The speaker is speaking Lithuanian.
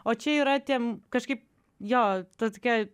o čia yra tiem kažkaip jo ta tokia